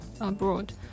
abroad